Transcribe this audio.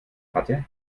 hatte